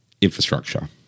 infrastructure